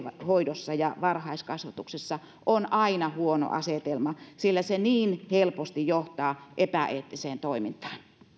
hoidossa ja varhaiskasvatuksessa on aina huono asetelma sillä se niin helposti johtaa epäeettiseen toimintaan